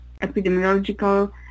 epidemiological